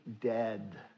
dead